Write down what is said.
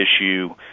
issue